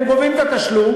הם גובים את התשלום.